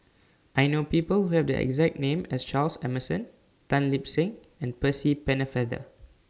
I know People Who Have The exact name as Charles Emmerson Tan Lip Seng and Percy Pennefather